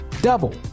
Double